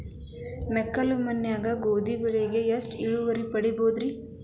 ಮೆಕ್ಕಲು ಮಣ್ಣಾಗ ಗೋಧಿ ಬೆಳಿಗೆ ಎಷ್ಟ ಇಳುವರಿ ಪಡಿಬಹುದ್ರಿ?